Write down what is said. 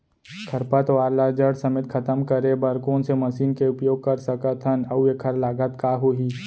खरपतवार ला जड़ समेत खतम करे बर कोन से मशीन के उपयोग कर सकत हन अऊ एखर लागत का होही?